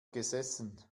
gesessen